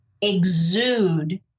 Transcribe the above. exude